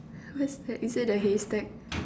what's that is it a hay stack